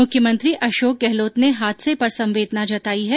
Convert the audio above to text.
मुख्यमंत्री अशोक गहलोत ने हादसे पर संवेदना जताई है